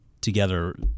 together